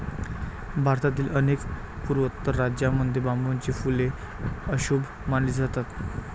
भारतातील अनेक पूर्वोत्तर राज्यांमध्ये बांबूची फुले अशुभ मानली जातात